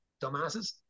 Dumbasses